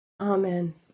Amen